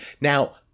Now